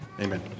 Amen